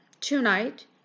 Tonight